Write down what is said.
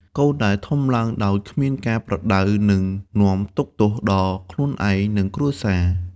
កូនដែលធំឡើងដោយគ្មានការប្រដៅ នឹងនាំទុក្ខទោសដល់ខ្លួនឯង និងគ្រួសារ។